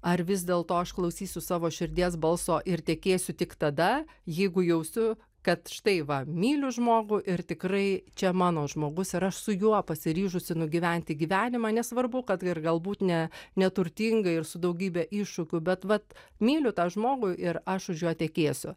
ar vis dėlto aš klausysiu savo širdies balso ir tekėsiu tik tada jeigu jausiu kad štai va myliu žmogų ir tikrai čia mano žmogus ir aš su juo pasiryžusi nugyventi gyvenimą nesvarbu kad ir galbūt ne neturtinga ir su daugybe iššūkių bet vat myliu tą žmogų ir aš už jo tekėsiu